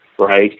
right